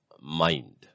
mind